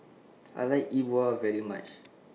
I like E Bua very much